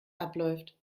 abläuft